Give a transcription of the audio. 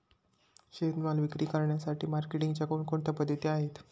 शेतीमाल विक्री करण्यासाठी मार्केटिंगच्या कोणकोणत्या पद्धती आहेत?